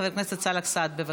חבר הכנסת סאלח סעד, בבקשה,